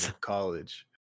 college